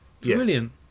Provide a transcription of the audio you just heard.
Brilliant